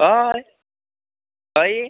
हय हय